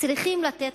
צריכים לתת